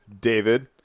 David